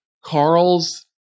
Carl's